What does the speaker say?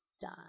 done